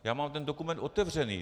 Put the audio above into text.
Já mám ten dokument otevřený.